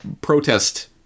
Protest